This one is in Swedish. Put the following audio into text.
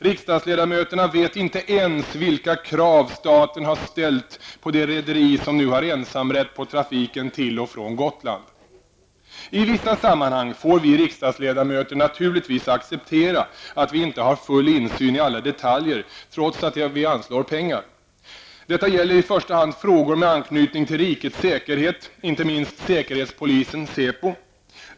Riksdagsledamöterna vet inte ens vilka krav staten har ställt på det rederi som nu har ensamrätt på trafiken till och från Gotland. I vissa sammanhang får vi riksdagsledamöter naturligtvis acceptera att vi inte har full insyn i alla detaljer, trots att vi anslår pengar. Detta gäller i första hand frågor med anknytning till rikets säkerhet, inte minst säkerhetspolisen .